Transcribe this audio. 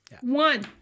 One